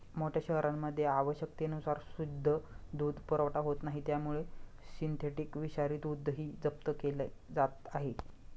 मोठ्या शहरांमध्ये आवश्यकतेनुसार शुद्ध दूध पुरवठा होत नाही त्यामुळे सिंथेटिक विषारी दूधही जप्त केले जात आहे